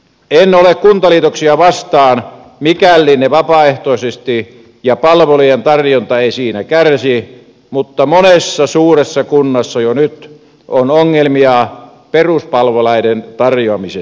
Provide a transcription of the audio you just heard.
en ole kuntaliitoksia vastaan mikäli ne tehdään vapaaehtoisesti ja palvelujen tarjonta ei siinä kärsi mutta monessa suuressa kunnassa jo nyt on ongelmia peruspalveluiden tarjoamisessa